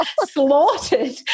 slaughtered